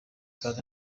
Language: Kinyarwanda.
kandi